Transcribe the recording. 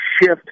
shift